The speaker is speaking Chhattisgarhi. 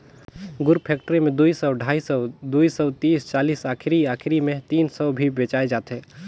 गुर फेकटरी मे दुई सौ, ढाई सौ, दुई सौ तीस चालीस आखिरी आखिरी मे तीनो सौ भी बेचाय जाथे